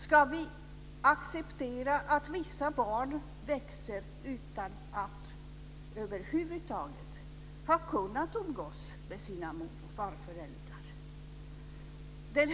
Ska vi acceptera att vissa barn växer upp utan att över huvud taget ha kunnat umgås med sina mor och farföräldrar.